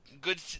good